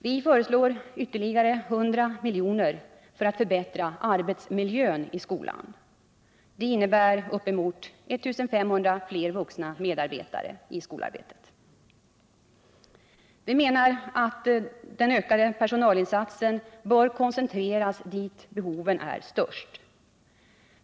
Vi föreslår ytterligare 100 milj.kr. för att förbättra arbetsmiljön i skolan. Detta innebär uppemot 1 500 fler vuxna medarbetare i skolarbetet. Vi menar att den ökade personalinsatsen bör koncentreras dit där behoven är störst.